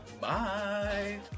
Bye